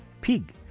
pig